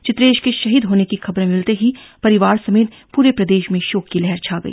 चित्रेश के शहीद होने की खबर मिलते ही परिवार समेत पूरे प्रदेश में शोक की लहर छा गई